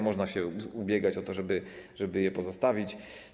Można się ubiegać o to, żeby je pozostawić.